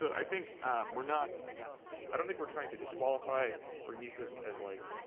i think we're not i don't think we're trying to disqualify hormesis as, like,